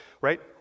right